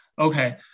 Okay